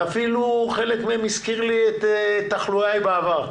ואפילו חלק מהם הזכיר לי את תחלואיי בעבר.